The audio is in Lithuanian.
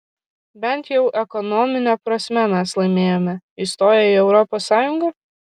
bent jau ekonomine prasme mes laimėjome įstoję į europos sąjungą